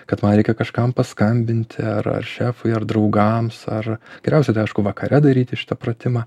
kad man reikia kažkam paskambinti ar ar šefui ar draugams ar geriausia tai aišku vakare daryti šitą pratimą